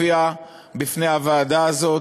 הופעתי בפני הוועדה הזאת,